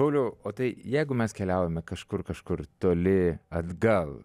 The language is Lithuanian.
pauliau o tai jeigu mes keliaujame kažkur kažkur toli atgal